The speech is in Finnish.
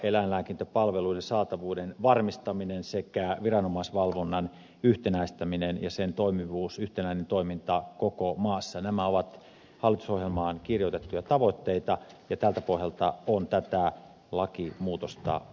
eläinlääkintäpalveluiden saatavuuden varmistaminen sekä viranomaisvalvonnan yhtenäistäminen ja sen toimivuus yhtenäinen toiminta koko maassa ovat hallitusohjelmaan kirjoitettuja tavoitteita ja tältä pohjalta on tätä lakimuutosta valmisteltu